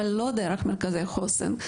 אבל לא דרך מרכזי חוסן.